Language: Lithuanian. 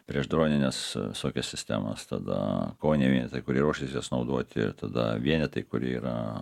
priešdronines visokias sistemas tada koviniai vienetai kurie ruošis jas naudoti ir tada vienetai kurie yra